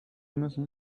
müssen